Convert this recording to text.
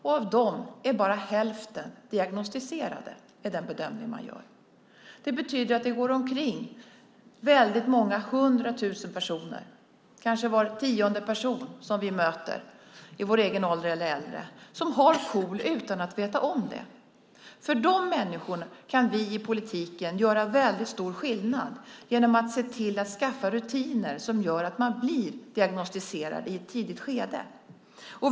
Av dessa är bara hälften diagnostiserade; det är den bedömning som görs. Det betyder att många hundra tusen personer, kanske var tionde person vi möter i vår egen ålder eller äldre, har KOL utan att veta om det. För de människorna kan vi i politiken göra stor skillnad genom att se till att skaffa rutiner så att de här människorna blir diagnostiserade i ett tidigt skede.